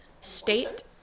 State